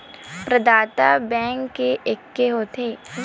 प्रदाता बैंक के एके होथे?